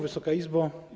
Wysoka Izbo!